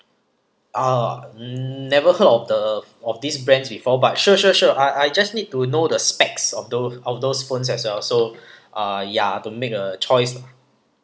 ah never heard of the of these brands before but sure sure sure I I just need to know the specs of those of those phones as well so uh ya to make a choice